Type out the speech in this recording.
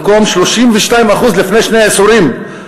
במקום 32% לפני שני עשורים.